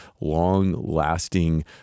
long-lasting